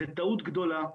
זו טעות גדולה.